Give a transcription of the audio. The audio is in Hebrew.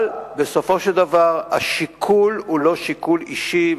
אבל בסופו של דבר השיקול הוא לא שיקול אישי,